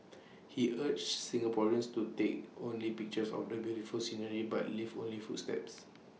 he urged Singaporeans to take only pictures of the beautiful scenery but leave only footsteps